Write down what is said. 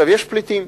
יש פליטים,